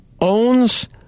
owns